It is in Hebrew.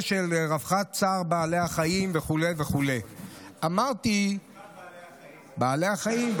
של רווחת צער בעלי החיים וכו' וכו' בעלי החיים,